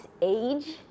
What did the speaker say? age